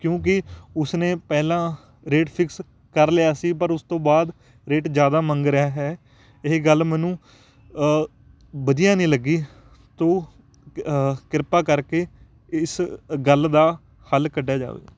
ਕਿਉਂਕਿ ਉਸਨੇ ਪਹਿਲਾਂ ਰੇਟ ਫਿਕਸ ਕਰ ਲਿਆ ਸੀ ਪਰ ਉਸ ਤੋਂ ਬਾਅਦ ਰੇਟ ਜ਼ਿਆਦਾ ਮੰਗ ਰਿਹਾ ਹੈ ਇਹ ਗੱਲ ਮੈਨੂੰ ਵਧੀਆ ਨਹੀਂ ਲੱਗੀ ਤਾਂ ਕਿਰਪਾ ਕਰਕੇ ਇਸ ਗੱਲ ਦਾ ਹੱਲ ਕੱਢਿਆ ਜਾਵੇ